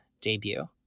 debut